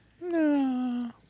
no